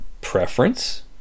preference